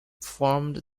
formed